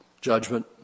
Judgment